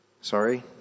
Sorry